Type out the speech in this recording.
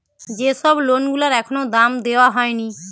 যে সব লোন গুলার এখনো দাম দেওয়া হয়নি